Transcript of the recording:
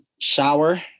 shower